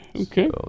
okay